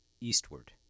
eastward